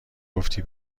گفتی